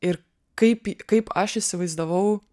ir kaip kaip aš įsivaizdavau